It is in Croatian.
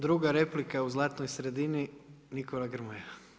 Druga replika u zlatnoj sredini, Nikola Grmoja.